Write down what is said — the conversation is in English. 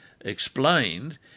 explained